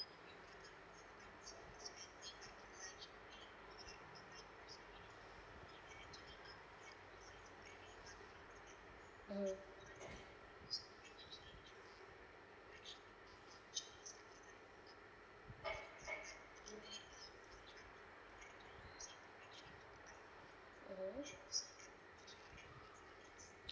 mmhmm mmhmm